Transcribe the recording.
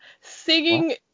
singing